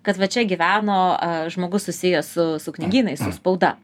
kad va čia gyveno žmogus susijęs su su knygynais su spauda